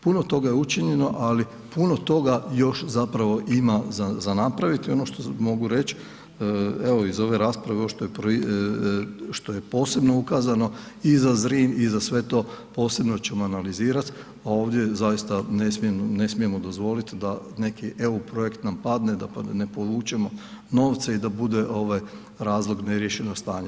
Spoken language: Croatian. Puno toga je učinjeno ali puno toga još zapravo ima za napraviti i ono što mogu reć, evo iz ove rasprave, ovo što je posebno ukazano i za Zrin i za sve to, posebno ćemo analizirat a ovdje zaista ne smijemo dozvoliti da neki EU projekt nam padne, da ne povučemo novce i da bude razlog neriješeno stanje.